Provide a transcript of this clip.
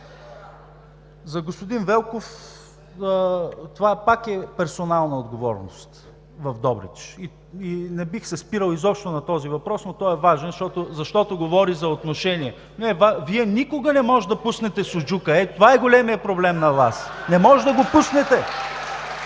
За господин Велков. Това е пак персонална отговорност в Добрич. Не бих се спирал изобщо на този въпрос, но той е важен, защото говори за отношение. Вие никога не може да пуснете суджука, ето това е големият проблем на Вас. Не можете да го пуснете.